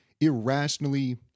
irrationally